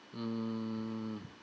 mm